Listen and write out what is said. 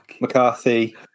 McCarthy